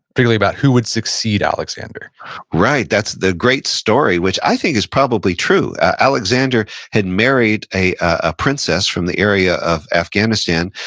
particularly about who would succeed alexander right. that's the great story, which i think is probably true. alexander had married a ah princess from the area of afghanistan,